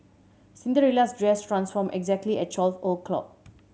Cinderella's dress transformed exactly at twelve o'clock